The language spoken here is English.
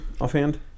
offhand